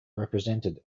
represented